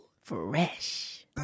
fresh